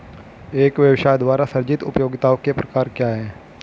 एक व्यवसाय द्वारा सृजित उपयोगिताओं के प्रकार क्या हैं?